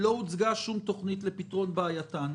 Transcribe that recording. לא הוצגה שום תוכנית לפתרון בעייתן.